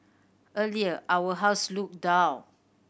earlier our house looked dull